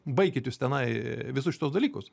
baikit jūs tenai visus šituos dalykus